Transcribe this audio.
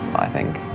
i think.